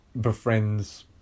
befriends